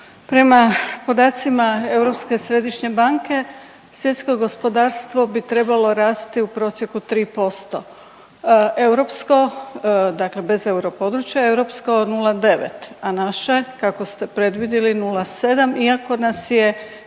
Prema podacima Europske središnje banke svjetsko gospodarstvo bi trebalo rasti u prosjeku tri posto. Europsko dakle bez europodručja europsko 0,9 a naše kako ste predvidjeli 0,7 iako nas je